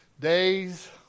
days